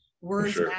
words